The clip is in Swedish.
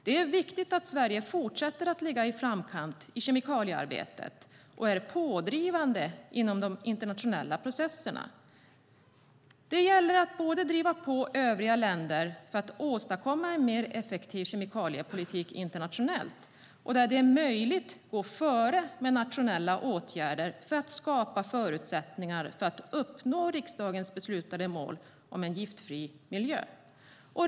Det är viktigt att Sverige fortsätter att ligga i framkant i kemikaliearbetet och är pådrivande i de internationella processerna. Det gäller att driva på övriga länder för att åstadkomma en mer effektiv kemikaliepolitik internationellt och där det är möjligt gå före med nationella åtgärder för att skapa förutsättningar för att uppnå riksdagens beslutade mål om en giftfri miljö.